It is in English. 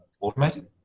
automated